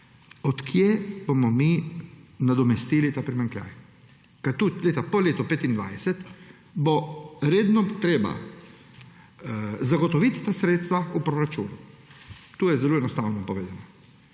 Od kje bomo mi nadomestili ta primanjkljaj? Ker tudi po letu 2025 bo redno treba zagotoviti ta sredstva v proračun. To je zelo enostavno povedano.